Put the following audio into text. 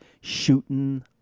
shooting